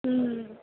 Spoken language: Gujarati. હમ